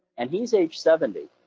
and he's age seventy,